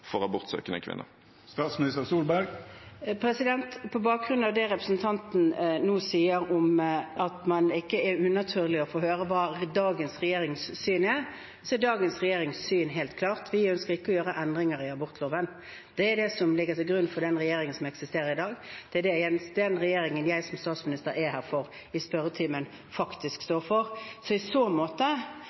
for abortsøkende kvinner? På bakgrunn av det representanten nå sier om at det ikke er unaturlig å få høre hva dagens regjerings syn er, er dagens regjerings syn helt klart: Vi ønsker ikke å gjøre endringer i abortloven. Det er det som ligger til grunn for den regjeringen som eksisterer i dag, og det er det den regjeringen jeg som statsminister er her for i spørretimen, faktisk står for. I så måte